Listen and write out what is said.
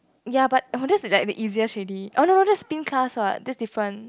ya but oh that's like the easiest already oh no that's spin class what that's different